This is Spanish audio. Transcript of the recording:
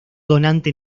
donante